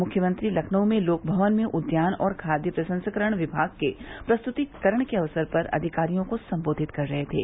मुख्यमंत्री लखनऊ में लोकभवन में उद्यान और खादय प्रसंस्करण विभाग के प्रस्तृतिकरण के अवसर पर अधिकारियों को सम्बोधित कर रहे थे